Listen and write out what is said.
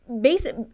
basic